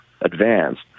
advanced